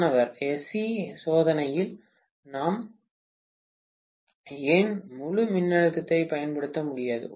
மாணவர் எஸ்சி சோதனையில் நாம் ஏன் முழு மின்னழுத்தத்தைப் பயன்படுத்த முடியாது